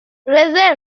رزرو